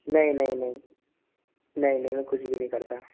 नहीं नही नहीं नहीं नहीं मैं कुछ भी नहीं करता